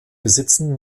besitzen